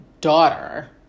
daughter